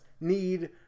need